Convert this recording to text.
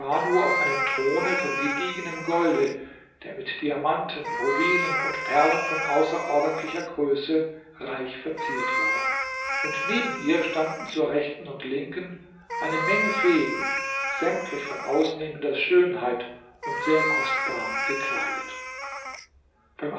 auf einem throne von gediegenem golde der mit diamanten rubinen und perlen von außerordentlicher größe reich verziert war und neben ihr standen zur rechten und linken eine menge feen sämtlich von ausnehmender schönheit und sehr kostbar gekleidet beim